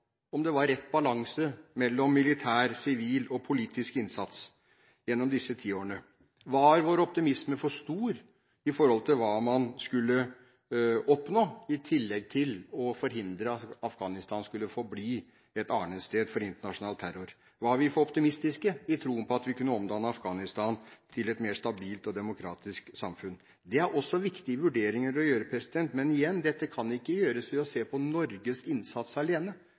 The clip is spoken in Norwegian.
om det var rett balanse mellom militær, sivil og politisk innsats gjennom disse ti årene. Var vår optimisme for stor i forhold til hva man skulle oppnå – i tillegg til å forhindre at Afghanistan skulle forbli et arnested for internasjonal terror? Var vi for optimistiske i troen på at vi kunne omdanne Afghanistan til et mer stabilt og demokratisk samfunn? Dette er også viktige vurderinger å gjøre, men igjen: Dette kan ikke gjøres ved å se på Norges innsats alene.